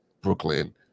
Brooklyn